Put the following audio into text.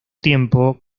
tiempo